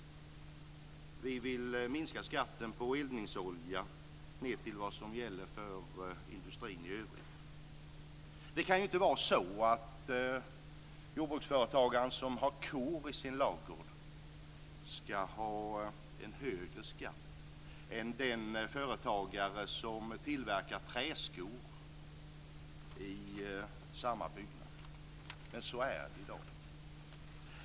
Vi vill minska skatten på eldningsolja ned till vad som gäller för industrin i övrigt. Det kan inte vara så att en jordbruksföretagare som har kor i sin ladugård skall ha en högre skatt än den företagare som tillverkar träskor i samma byggnad. Men så är det i dag.